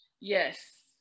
Yes